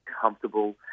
comfortable